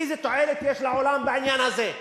ואיזו תועלת יש לעולם בעניין הזה?